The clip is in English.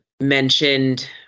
mentioned